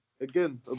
again